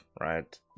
right